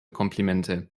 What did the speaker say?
komplimente